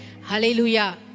Hallelujah